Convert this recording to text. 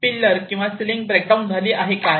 pillar किंवा ceiling break down झाली आहे काय